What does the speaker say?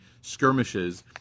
skirmishes